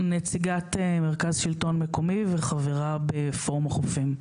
אני נציגת מרכז שלטון מקומי, וחברה בפורום החופים.